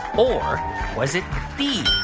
or was it b.